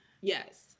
Yes